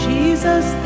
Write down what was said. Jesus